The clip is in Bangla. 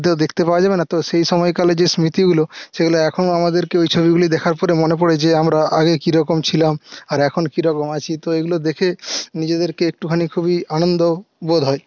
তো দেখতে পাওয়া যাবে না তো সেই সময়কালে যে স্মৃতিগুলো সেগুলো এখনো আমাদেরকে ওই ছবিগুলি দেখার পর মনে পরে যে আমরা আগে কী রকম ছিলাম আর এখন কী রকম আছি তো এগুলো দেখে নিজেদেরকে একটুখানি খুবই আনন্দবোধ হয়